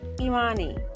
Imani